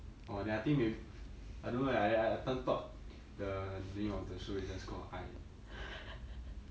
orh then I think maybe I don't know eh I I everytime thought the name of the show is just called 爱